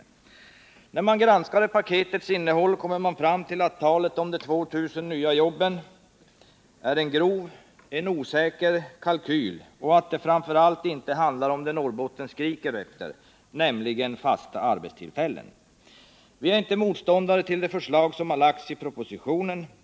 Men när man granskar paketets innehåll kommer man fram till att talet om de 2 000 nya jobben är en grov och osäker kalkyl och att det framför allt inte handlar om det Norrbotten skriker efter — nämligen fasta arbetstillfällen. Viär inte motståndare till de förslag som har lagts fram i propositionen.